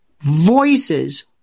voices